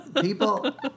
People